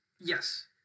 Yes